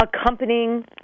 accompanying